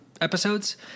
episodes